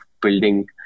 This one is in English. building